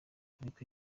ariko